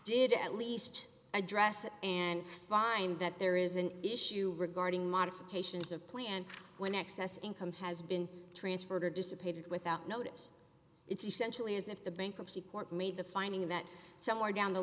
did at least address it and find that there is an issue regarding modifications of plan when excess income has been transferred or dissipated without notice it's essentially as if the bankruptcy court made the finding that somewhere down the